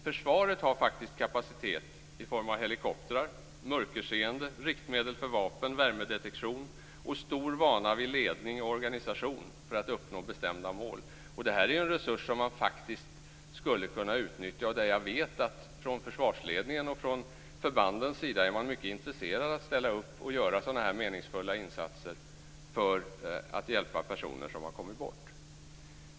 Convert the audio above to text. Försvaret har faktiskt kapacitet i form av helikoptrar, mörkerseende, riktmedel för vapen, värmedetektion och stor vana vid ledning och organisation för att uppnå bestämda mål. Det är en resurs som man faktiskt skulle kunna utnyttja, och jag vet att man från försvarsledningens och förbandens sida är mycket intresserade av att ställa upp och göra sådana här meningsfulla insatser för att hjälpa personer som har kommit bort.